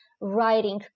writing